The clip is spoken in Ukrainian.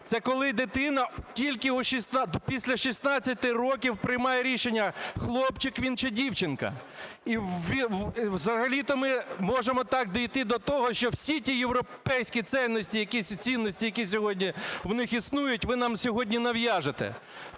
Це коли дитина тільки після 16 років приймає рішення, хлопчик він чи дівчинка. І взагалі-то ми можемо так дійти до того, що всі ті європейські цінності, які сьогодні в них існують, ви нам сьогодні нав'яжете.